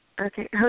Okay